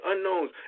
unknowns